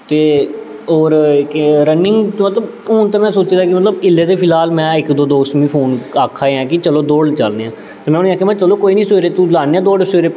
ते होर केह् रन्निंग ते मतलब हून ते में सोचे दा कि मतलब इल्लै ते फिलहाल में इक दो दोस्त मी फोन आखा दे ऐं कि चलो दौड़न चलने आं ते में उ'नें गी आखेआ कि चलो कोई निं सवेरे तों लान्ने आं दौड़ सवेरै